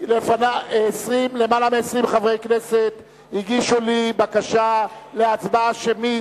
יותר מ-20 חברי כנסת הגישו לי בקשה להצבעה שמית,